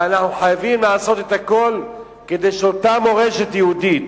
ואנחנו חייבים לעשות את הכול כדי שאותה מורשת יהודית,